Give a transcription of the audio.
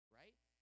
right